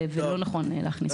ולא נכון להכניס אותו.